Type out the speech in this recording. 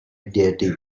deity